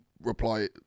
reply